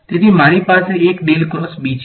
તેથી મારી પાસે એક છે